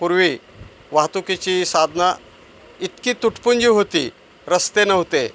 पूर्वी वाहतुकीची साधनं इतकी तुटपुंजी होती रस्ते नव्हते